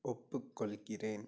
ஒப்புக்கொள்கிறேன்